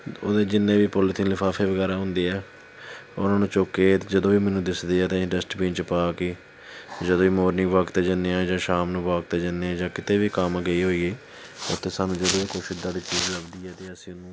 ਉਹਦੇ ਜਿੰਨੇ ਵੀ ਪੋਲੀਥੀਨ ਲਿਫਾਫੇ ਵਗੈਰਾ ਹੁੰਦੇ ਹੈ ਉਹਨਾਂ ਨੂੰ ਚੁੱਕ ਕੇ ਜਦੋਂ ਵੀ ਮੈਨੂੰ ਦਿਸਦੇ ਹੈ ਅਤੇ ਅਸੀਂ ਡਸਟਬੀਨ 'ਚ ਪਾ ਕੇ ਜਦੋਂ ਵੀ ਮੋਰਨਿੰਗ ਵੋਕ 'ਤੇ ਜਾਂਦੇ ਹਾਂ ਜਾਂ ਸ਼ਾਮ ਨੂੰ ਵੋਕ 'ਤੇ ਜਾਂਦੇ ਹਾਂ ਜਾਂ ਕਿਤੇ ਵੀ ਕੰਮ ਗਏ ਹੋਈਏ ਉੱਥੇ ਸਾਨੂੰ ਜਦੋਂ ਵੀ ਕੁਛ ਇੱਦਾਂ ਦੀ ਚੀਜ਼ ਲੱਭਦੀ ਹੈ ਅਤੇ ਅਸੀਂ ਉਹਨੂੰ